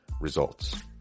results